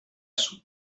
sud